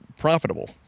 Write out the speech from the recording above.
Profitable